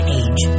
age